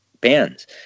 bands